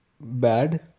bad